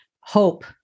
hope